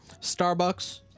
Starbucks